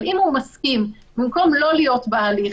אבל אם הוא מסכים במקום לא להיות בהליך,